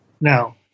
Now